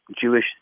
Jewish